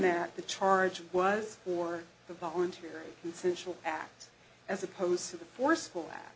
that the charge was for the volunteer consensual act as opposed to the forceful th